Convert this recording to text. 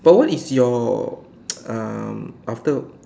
but what is your um after